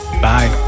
Bye